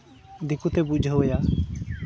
ᱫᱤᱠᱩᱛᱮ ᱵᱩᱡᱷᱟᱹᱣ ᱮᱭᱟ